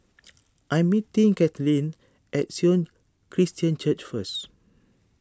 I'm meeting Caitlynn at Sion Christian Church first